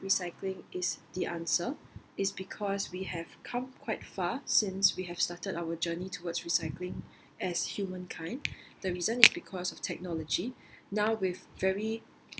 recycling is the answer is because we have come quite far since we have started our journey towards recycling as humankind the reason is because of technology now with very